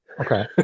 okay